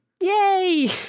Yay